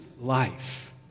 life